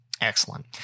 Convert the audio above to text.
Excellent